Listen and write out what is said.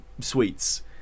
sweets